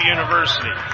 University